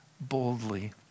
boldly